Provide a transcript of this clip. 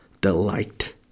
delight